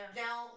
now